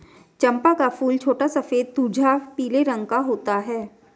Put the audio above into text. चंपा का फूल छोटा सफेद तुझा पीले रंग का होता है